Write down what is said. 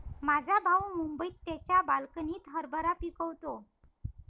माझा भाऊ मुंबईत त्याच्या बाल्कनीत हरभरा पिकवतो